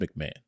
McMahon